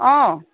অঁ